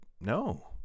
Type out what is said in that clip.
no